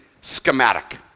schematic